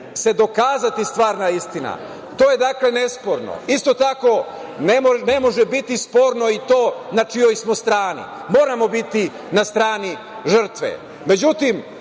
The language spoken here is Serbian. se dokazati stvarna istina. To je dakle nesporno. Isto tako ne može biti sporno i to na čijoj smo strani. Moramo biti na strani